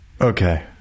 Okay